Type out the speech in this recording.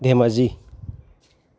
Dhemaji